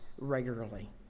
regularly